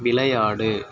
விளையாடு